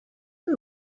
are